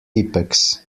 tippex